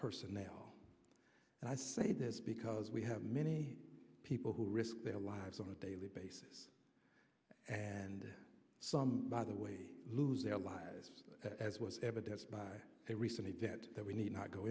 personnel and i say this because we have many people who risk their lives on a daily basis and some by the way lose their lives as was evidenced by a recent event that we need not go